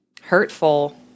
hurtful